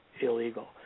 illegal